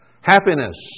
Happiness